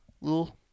little